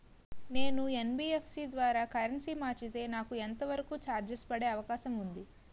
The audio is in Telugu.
నేను యన్.బి.ఎఫ్.సి ద్వారా కరెన్సీ మార్చితే నాకు ఎంత వరకు చార్జెస్ పడే అవకాశం ఉంది?